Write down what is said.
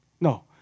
No